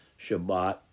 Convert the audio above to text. Shabbat